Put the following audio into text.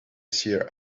seer